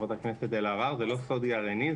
חברת הכנסת אלהרר, זה לא סוד גרעיני.